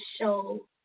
show